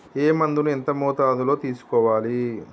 ఏ మందును ఏ మోతాదులో తీసుకోవాలి?